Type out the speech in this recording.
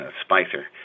Spicer